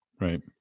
Right